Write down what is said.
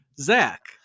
zach